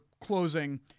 closing